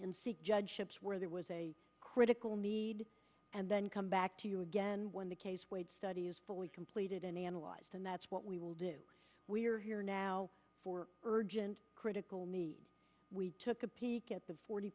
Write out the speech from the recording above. and seek judgeships where there was a critical need and then come back to you again when the case study is fully completed and analyzed and that's what we will do we are here now for urgent critical need we took a peek at the forty